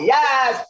Yes